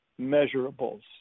measurables